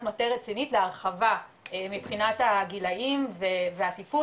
מטה רצינית להרחבה מבחינת הגילאים והטיפול.